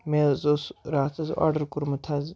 مےٚ حظ اوس راتھ حظ آرڈَر کوٚرمُت حظ